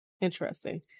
interesting